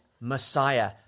Messiah